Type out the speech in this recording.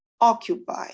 occupy